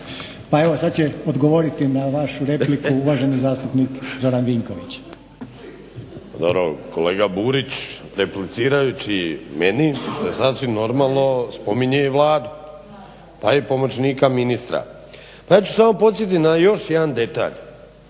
Pa evo sad će odgovoriti na vašu repliku uvaženi zastupnik Zoran Vinković. **Vinković, Zoran (HDSSB)** Dobro kolega Burić, replicirajući meni što je sasvim normalno spominje i Vladu pa i pomoćnika ministra. Pa ja ću samo podsjetiti na još jedan detalj.